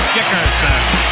Dickerson